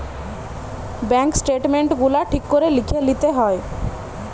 bank statement গুলা ঠিক করে লিখে লিতে হয়